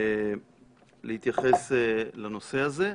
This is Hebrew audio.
להתייחס לנושא הזה.